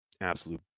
absolute